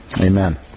Amen